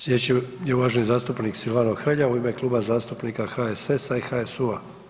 Sljedeći je uvaženi zastupnik Silvano Hrelja u ime Kluba zastupnika HSS-a i HSU-a.